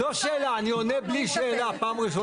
לא שאלה, אני עונה בלי שאלה, פעם ראשונה.